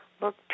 look